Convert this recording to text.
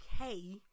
okay